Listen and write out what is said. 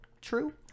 true